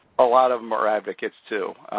a lot of them are advocates, too,